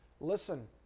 listen